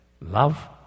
Love